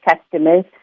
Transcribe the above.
customers